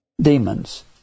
demons